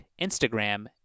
Instagram